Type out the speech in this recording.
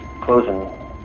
closing